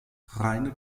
reine